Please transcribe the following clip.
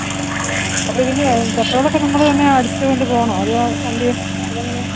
ആ അപ്പോൾ ഇതിൻ്റെ പെട്രോളൊക്കെ ഞങ്ങൾ തന്നെ അടിച്ചുകൊണ്ട് പോകണോ അതെയോ വണ്ടി അത് എങ്ങനെയാണ്